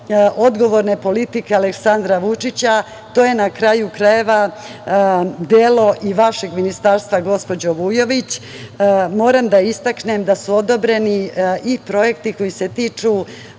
odgovorne politike Aleksandra Vučića, to je na kraju krajeva delo i vašeg Ministarstva gospođo Vujović. Moram da istaknem da su odobreni i projekti koji se tiču